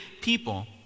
people